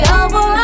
over